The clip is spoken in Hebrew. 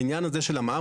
העניין הזה של המע"מ,